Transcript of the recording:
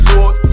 Lord